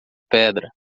pedra